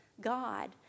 God